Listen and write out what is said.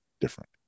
different